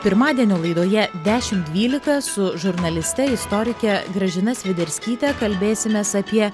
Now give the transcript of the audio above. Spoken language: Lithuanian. pirmadienio laidoje dešimt dvylika su žurnaliste istorikė gražina sviderskytė kalbėsimės apie